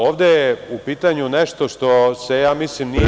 Ovde je u pitanju nešto što se ja mislim nije